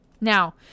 Now